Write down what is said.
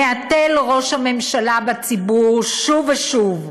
מהתל ראש הממשלה בציבור שוב ושוב,